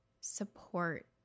support